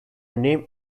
name